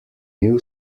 new